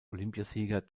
olympiasieger